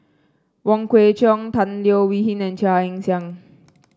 Wong Kwei Cheong Tan Leo Wee Hin and Chia Ann Siang